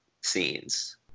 scenes